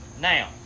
Now